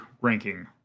ranking